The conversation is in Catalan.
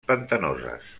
pantanoses